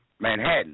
Manhattan